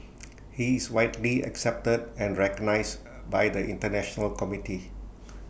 he is widely accepted and recognized by the International community